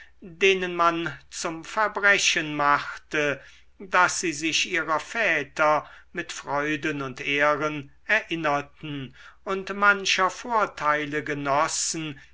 denen man zum verbrechen machte daß sie sich ihrer väter mit freuden und ehren erinnerten und mancher vorteile genossen